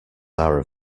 are